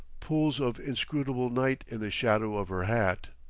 pools of inscrutable night in the shadow of her hat.